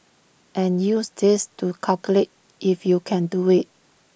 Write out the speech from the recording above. and use this to calculate if you can do IT